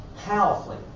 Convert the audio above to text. Powerfully